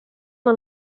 una